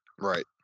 right